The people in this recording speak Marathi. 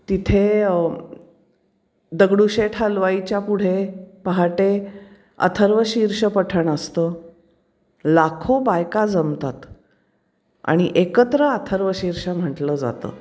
तिथे दगडूशेठ हलवाईच्या पुढे पहाटे अथर्वशीर्ष पठण असतं लाखो बायका जमतात आणि एकत्र अथर्वशीर्ष म्हटलं जातं